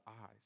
eyes